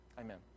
Amen